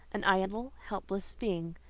an idle, helpless being.